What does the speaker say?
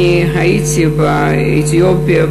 אני הייתי באתיופיה,